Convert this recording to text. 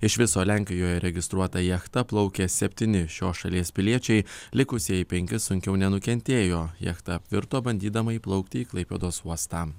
iš viso lenkijoje registruota jachta plaukė septyni šios šalies piliečiai likusieji penki sunkiau nenukentėjo jachta apvirto bandydama įplaukti į klaipėdos uostą